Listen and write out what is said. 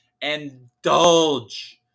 Indulge